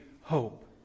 hope